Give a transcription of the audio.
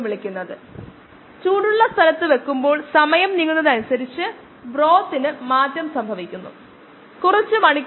വിഷവസ്തുക്കളുടെ സാന്ദ്രതയെയും സമയത്തെയും കുറിച്ചുള്ള ഡാറ്റ വിഷവസ്തു ഇവിടെയുള്ള സബ്സ്ട്രേറ്റ് ആണ്